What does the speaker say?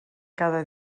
cada